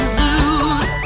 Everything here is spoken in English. lose